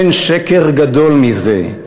אין שקר גדול מזה.